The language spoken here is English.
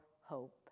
hope